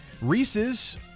Reese's